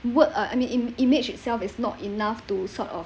word I I mean an image itself is not enough to sort of